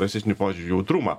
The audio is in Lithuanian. rasistiniu požiūriu jautrumą